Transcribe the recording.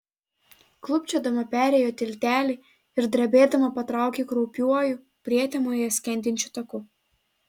klūpčiodama perėjo tiltelį ir drebėdama patraukė kraupiuoju prietemoje skendinčiu taku